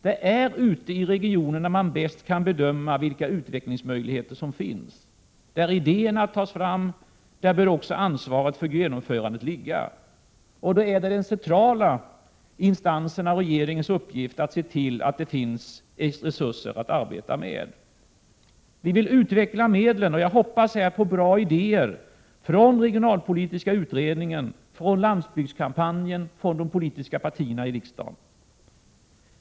Det är där man bäst kan bedöma vilka utvecklingsmöjligheter som finns. Där idéerna tas fram bör också ansvaret för genomförandet ligga. Då är det de centrala instansernas och regeringens uppgift att se till att det finns resurser att arbeta med. Vi vill utveckla medlen, och jag hoppas att få bra idéer på den punkten från den regionalpolitiska utredningen, från landsbygdskampanjen och från de politiska partierna i riksdagen.